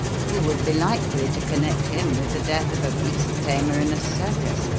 who would be likely to connect him with the death of a beast-tamer in a circus,